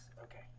Okay